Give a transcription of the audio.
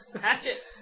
Hatchet